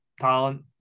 Talent